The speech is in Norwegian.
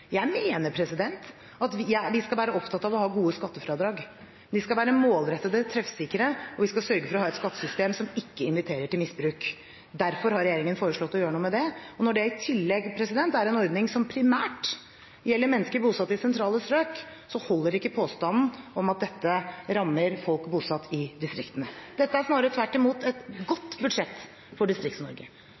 Jeg mener at vi skal være opptatt av å ha gode skattefradrag. De skal være målrettede og treffsikre, og vi skal sørge for å ha et skattesystem som ikke inviterer til misbruk. Derfor har regjeringen foreslått å gjøre noe med det. Og når det i tillegg er en ordning som primært hjelper mennesker bosatt i sentrale strøk, så holder ikke påstanden om at dette rammer folk bosatt i distriktene. Dette er snarere tvert imot et godt budsjett for